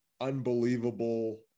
unbelievable